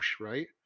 right